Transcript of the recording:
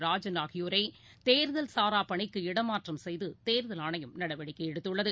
ராஜன் ஆகியோரைதேர்தல் சாராபணிக்கு இடமாற்றம்செய்துதேர்தல் ஆணையம் நடவடிக்கைஎடுத்துள்ளது